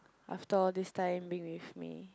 after all this time being with me